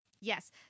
Yes